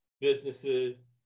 businesses